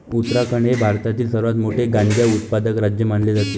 उत्तराखंड हे भारतातील सर्वात मोठे गांजा उत्पादक राज्य मानले जाते